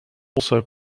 also